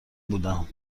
بودم